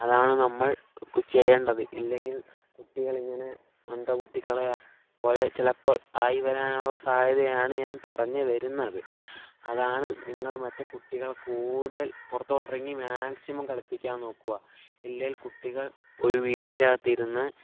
അതാണ് നമ്മൾ ചെയ്യേണ്ടത് ഇല്ലെങ്കിൽ കുട്ടികളിങ്ങനെ മന്ദബുദ്ധികളെപ്പോലെ ചിലപ്പോൾ ആയി വരാനുള്ള സാധ്യതയാണ് ഞാൻ പറഞ്ഞുവരുന്നത് അതാണ് നിങ്ങൾ മറ്റു കുട്ടികൾ കൂടുതൽ പുറത്തോട്ടിറങ്ങി മാക്സിമം കളിപ്പിക്കാൻ നോക്കുക ഇല്ലെങ്കിൽ കുട്ടികൾ ഒരു വീടിന്റെ അകത്തിരുന്ന്